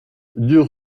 deux